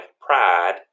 pride